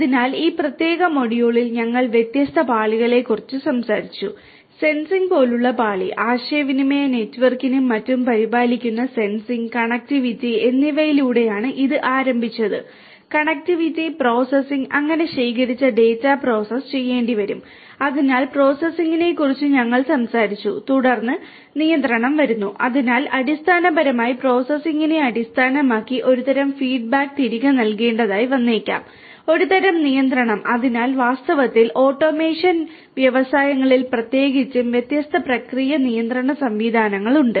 അതിനാൽ ഈ പ്രത്യേക മൊഡ്യൂളിൽ ഞങ്ങൾ വ്യത്യസ്ത പാളികളെക്കുറിച്ച് സംസാരിച്ചു സെൻസിംഗ് വ്യവസായങ്ങളിൽ പ്രത്യേകിച്ചും വ്യത്യസ്ത പ്രക്രിയ നിയന്ത്രണ സംവിധാനങ്ങളുണ്ട്